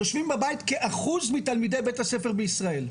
יושבים בבית כאחוז מתלמידי בתי הספר בישראל,